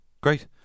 Great